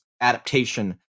adaptation